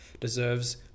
deserves